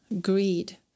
greed